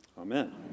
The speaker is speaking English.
Amen